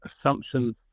assumptions